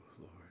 Lord